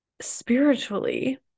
spiritually